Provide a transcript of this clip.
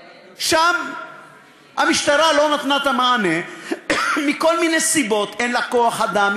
שם המשטרה לא נתנה את המענה מכל מיני סיבות: אין לה כוח אדם,